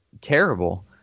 terrible